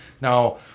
Now